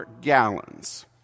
gallons